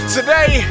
Today